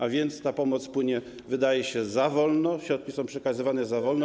A więc ta pomoc płynie, wydaje się, za wolno, środki są przekazywane za wolno.